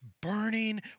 burning